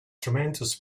tremendous